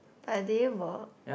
but they were